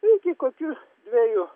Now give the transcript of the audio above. iki kokių dvejų